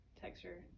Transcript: texture